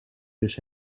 dus